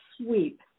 sweep